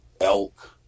elk